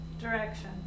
direction